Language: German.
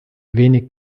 wenig